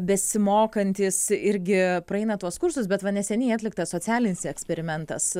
besimokantys irgi praeina tuos kursus bet va neseniai atliktas socialinis eksperimentas